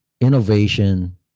innovation